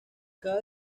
cada